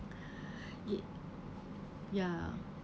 yeah ya